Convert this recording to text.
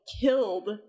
killed